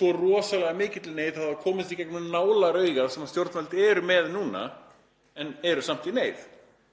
svo rosalega mikilli neyð að það komist í gegnum nálaraugað sem stjórnvöld eru með núna en samt í neyð,